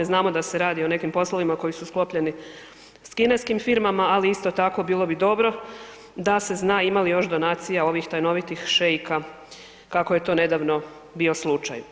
Znamo da se radi o nekim poslovima koji su sklopljeni s kineskim firmama, ali isto tako bilo bi dobro da se zna ima li još donacija ovih tajnovitih šeika kako je to nedavno bio slučaj.